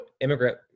immigrant